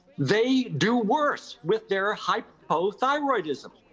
they do worse with their hypothyroidism.